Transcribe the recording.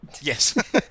Yes